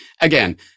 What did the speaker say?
Again